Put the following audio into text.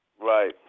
Right